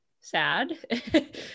sad